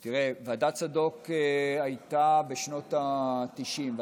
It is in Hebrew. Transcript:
תראה, ועדת צדוק הייתה בשנות התשעים.